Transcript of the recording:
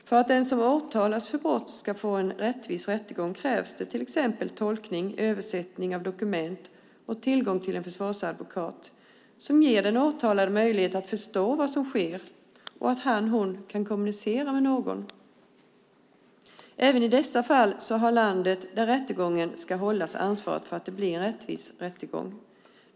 För att den som åtalas för brott ska få en rättvis rättegång krävs det till exempel tolkning, översättning av dokument och tillgång till en försvarsadvokat som ger den åtalade möjlighet att förstå vad som sker och någon att kommunicera med. Även i dessa fall har landet där rättegången ska hållas ansvaret för att det blir en rättvis rättegång.